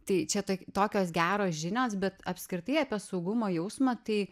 tai čia tai tokios geros žinios bet apskritai apie saugumo jausmą tai